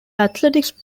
athletics